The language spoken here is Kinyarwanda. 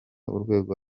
urwego